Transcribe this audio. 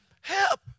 Help